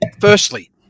firstly